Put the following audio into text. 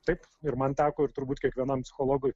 taip ir man teko ir turbūt kiekvienam psichologui